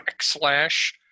backslash